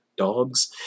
dogs